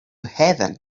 haven